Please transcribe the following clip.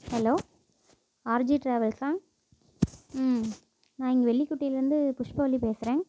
hello R G டிராவல்ஸா ம் நான் இங்கே வெள்ளிக்குட்டைலேருந்து புஷ்பவல்லி பேசுகிறேன்